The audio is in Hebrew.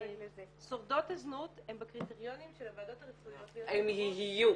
שורדות הזנות הן בקריטריונים של הוועדות הרפואיות --- הן יהיו.